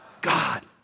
God